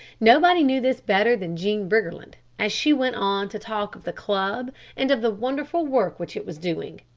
nobody knew this better than jean briggerland as she went on to talk of the club and of the wonderful work which it was doing.